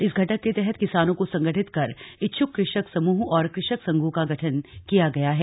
इस घटक के तहत किसानों को संगठित कर इच्छुक कृषक समूह और कृषक संघों का गठन किया गया है